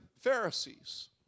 Pharisees